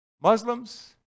Muslims